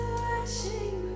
washing